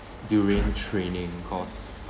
during training cause